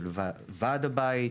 של ועד הבית,